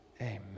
Amen